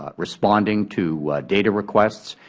ah responding to data requests,